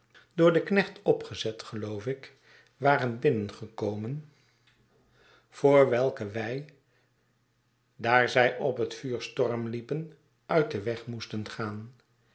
door den knecht opgezet geloof ik waren binnengekomen voor welke wij daar zij op het vuur stormliepen uit den weg moesten gaan